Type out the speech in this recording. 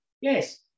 Yes